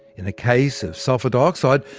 in the case of sulphur dioxide,